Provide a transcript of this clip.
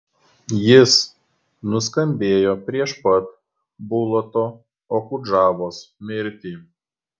jis nuskambėjo prieš pat bulato okudžavos mirtį